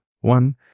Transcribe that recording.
One